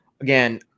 Again